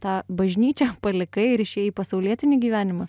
tą bažnyčią palikai ir išėjai į pasaulietinį gyvenimą